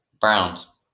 Browns